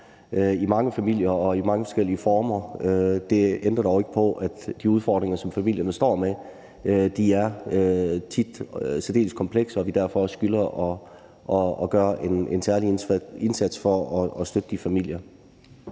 i mange familier og i mange forskellige former. Det ændrer dog ikke på, at de udfordringer, som familierne står med, tit er særdeles komplekse, og at vi derfor også skylder at gøre en særlig indsats for at støtte de familier.